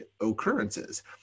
occurrences